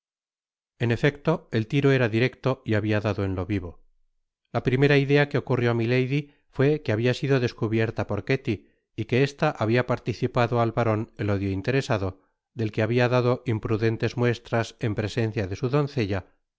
en efecto el tiro era directo y habia dado en lo vivo la primera idea que ocurrió á milady fué que habia sido descubierta por ketty y que esta habia participado al baron el ódio interesado del que babia dado imprudentes muestras en presencia de su doncella